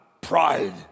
pride